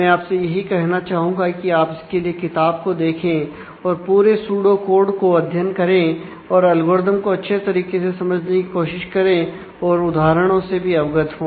मैं आपसे यही कहना चाहूंगा कि आप इसके लिए किताब को देखें और पूरे सुडोकोड का अध्ययन करें और एल्गोरिदम को अच्छे तरीके से समझने की कोशिश करें और उदाहरणों से भी अवगत हो